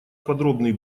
подробный